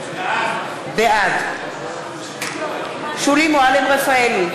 בעד שולי מועלם-רפאלי,